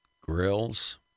grills